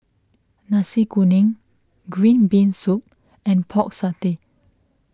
Nasi Kuning Green Bean Soup and Pork Satay